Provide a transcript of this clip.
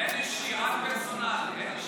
אין אישי, רק פרסונלי.